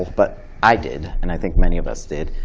but i did, and i think many of us did,